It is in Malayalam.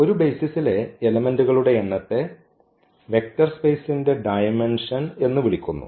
ഒരു ബെയ്സിസിലെ എലെമെന്റുകളുടെ എണ്ണത്തെ വെക്റ്റർ സ്പെയ്സിന്റെ ഡയമെന്ഷൻ എന്ന് വിളിക്കുന്നു